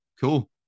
cool